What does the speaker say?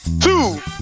two